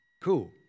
Cool